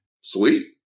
Sweet